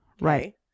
right